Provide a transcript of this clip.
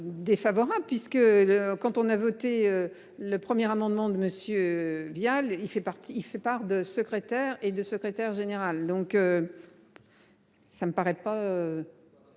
Défavorable puisque le quand on a voté le premier amendement de monsieur Vial, il fait partie il fait part de secrétaire et de secrétaire général. Donc. Ça me paraît pas.